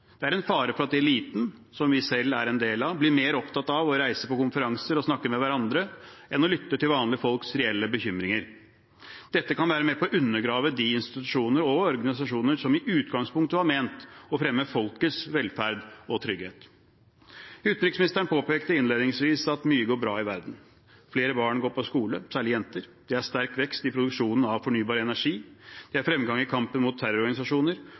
Det er en fare for at eliten, som vi selv er en del av, blir mer opptatt av å reise på konferanser og snakke med hverandre enn å lytte til vanlige folks reelle bekymringer. Dette kan være med på å undergrave de institusjoner og organisasjoner som i utgangspunktet var ment å skulle fremme folkets velferd og trygghet. Utenriksministeren påpekte innledningsvis at mye går bra i verden: Flere barn går på skole, særlig jenter, det er sterk vekst i produksjonen av fornybar energi, det er fremgang i kampen mot terrororganisasjoner,